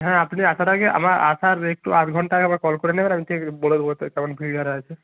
হ্যাঁ আপনি আসার আগে আপনার আসার একটু আধ ঘণ্টা আগে একবার কল করে নেবেন আমি ঠিক বলে দেবো তো কেমন ভিড় আরে আছে